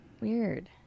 weird